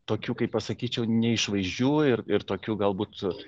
tokių kaip pasakyčiau neišvaizdžių ir ir tokių galbūt